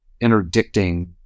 interdicting